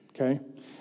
Okay